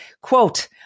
Quote